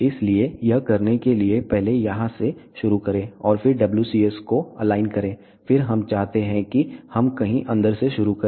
इसलिए यह करने के लिए कि पहले यहाँ से शुरू करें और फिर WCS को अलाइन करें फिर हम चाहते हैं कि हम कहीं अंदर से शुरू करें